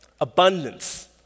Abundance